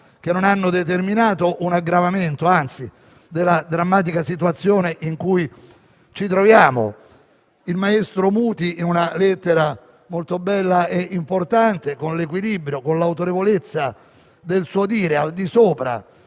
che non hanno determinato un aggravamento della drammatica situazione in cui ci troviamo, anzi. Il maestro Muti in una lettera molto bella e importante, con l'equilibrio e l'autorevolezza del suo dire, al di sopra